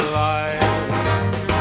life